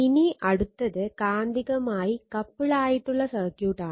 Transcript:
ഇനി അടുത്തത് കാന്തികമായി കപ്പിൾ ആയിട്ടുള്ള സർക്യൂട്ട് ആണ്